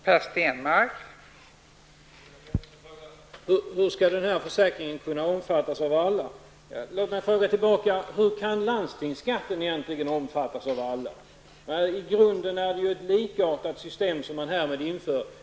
Fru talman! Hur skall denna försäkring kunna omfattas av alla, frågade Christina Pettersson. Låt mig då ställa följande fråga till Christina Pettersson: Hur kan landstingsskatten egentligen omfattas av alla? I grunden är det ju ett likartat system som man härmed inför.